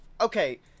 Okay